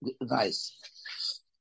nice